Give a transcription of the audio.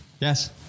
yes